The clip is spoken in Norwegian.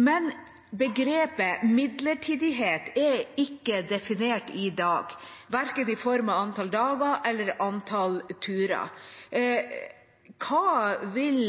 Men begrepet midlertidighet er ikke definert i dag, verken i form av antall dager eller antall turer. Hva vil